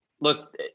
Look